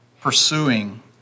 pursuing